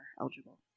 eligible